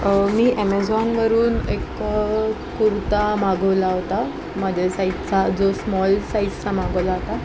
मी ॲमेझॉनवरून एक कुर्ता मागवला होता माझ्या साईजचा जो स्मॉल साईजचा मागवला होता